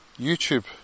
YouTube